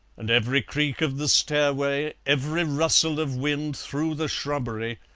and every creak of the stairway, every rustle of wind through the shrubbery,